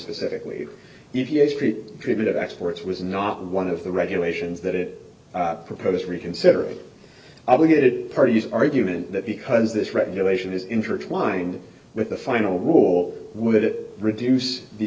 specifically e p a street treatment of exports was not one of the regulations that it proposes reconsidering obligated parties argument that because this regulation is intertwined with the final rule would it reduce the